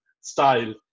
style